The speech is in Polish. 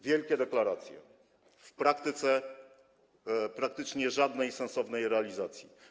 Wielkie deklaracje - w praktyce praktycznie żadnej sensownej realizacji.